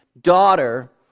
daughter